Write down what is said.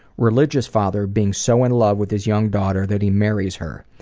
religious father being so in love with his young daughter that he marries her.